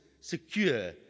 secure